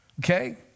Okay